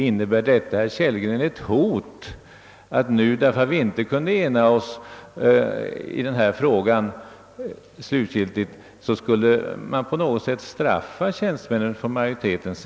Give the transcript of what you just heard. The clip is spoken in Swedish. Innebär detta ett hot, att tjänstemännen nu på något sätt skulle straffas när alltså utskottet inte kunnat enas?